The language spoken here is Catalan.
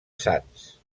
sants